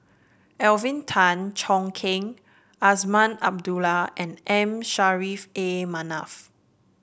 Alvin Tan Cheong Kheng Azman Abdullah and M Saffri A Manaf